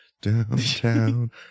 downtown